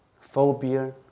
phobia